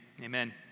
Amen